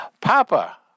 Papa